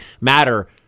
matter